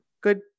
Good